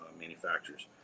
manufacturers